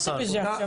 איך נזכרת בזה עכשיו?